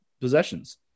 possessions